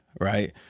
right